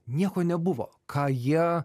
nieko nebuvo ką jie